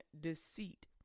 deceit